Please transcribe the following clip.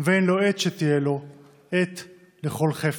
/ ואין לו עת שתהיה לו עת / לכל חפץ.